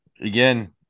Again